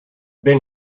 been